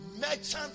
merchant